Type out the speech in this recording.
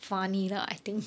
funny lah I think